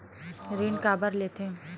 ऋण काबर लेथे?